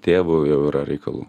tėvu jau yra reikalų